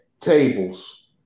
tables